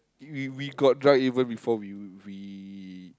we we got drunk even before we we